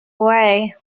way